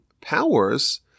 powers